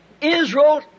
Israel